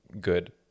good